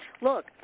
Look